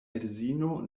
edzino